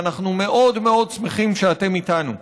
ואנחנו מאוד מאוד שמחים שאתם איתנו.